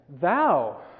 thou